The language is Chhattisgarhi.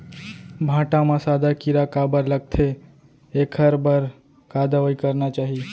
भांटा म सादा कीरा काबर लगथे एखर बर का दवई करना चाही?